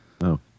No